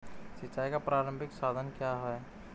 सिंचाई का प्रारंभिक साधन क्या है?